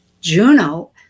juno